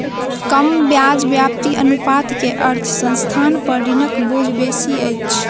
कम ब्याज व्याप्ति अनुपात के अर्थ संस्थान पर ऋणक बोझ बेसी अछि